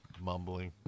mumbling